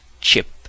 chip